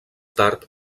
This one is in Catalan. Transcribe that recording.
tard